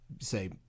say